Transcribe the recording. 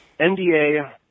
NDA